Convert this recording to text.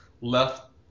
left